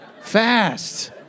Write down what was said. Fast